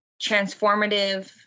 transformative